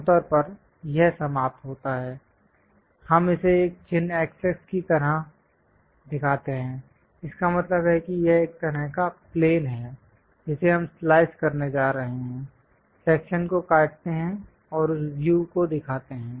आमतौर पर यह समाप्त होता है हम इसे एक चिह्न x x की तरह दिखाते हैं इसका मतलब है कि यह एक तरह का प्लेन है जिसे हम स्लाइस करने जा रहे हैं सेक्शन को काटते हैं और उस व्यू को दिखाते हैं